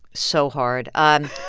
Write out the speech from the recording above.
so hard. um